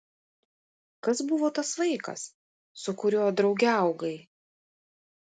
kas buvo tas vaikas su kuriuo drauge augai